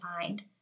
find